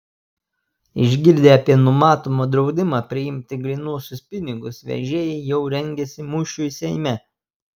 išgirdę apie numatomą draudimą priimti grynuosius pinigus vežėjai jau rengiasi mūšiui seime